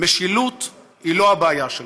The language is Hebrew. משילות היא לא הבעיה שלך,